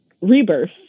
Rebirth